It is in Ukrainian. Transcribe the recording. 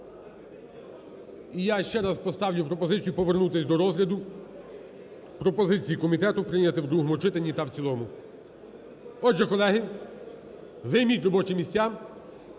І я ще раз поставлю пропозицію повернутися до розгляду. Пропозиції комітету прийняти у другому читанні та в цілому. Отже, колеги, займіть робочі місця.